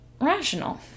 rational